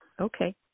Okay